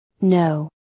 No